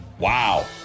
Wow